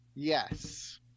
Yes